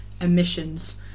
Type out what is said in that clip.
emissions